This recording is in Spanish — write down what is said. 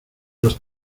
los